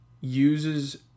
uses